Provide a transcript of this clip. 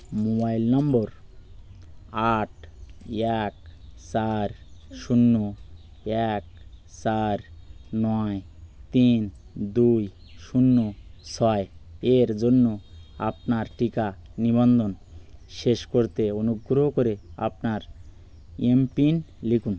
mobile নম্বর আট এক চার শূন্য এক চার নয় তিন দুই শূন্য ছয় এর জন্য আপনার টিকা নিবন্ধন শেষ করতে অনুগ্রহ করে আপনার এমপিন লিখুন